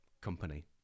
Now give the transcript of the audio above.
company